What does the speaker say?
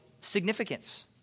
significance